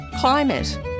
climate